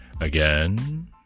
again